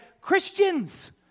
Christians